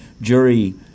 jury